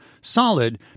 solid